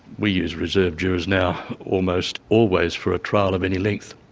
we use reserve jurors now almost always for a trial of any length.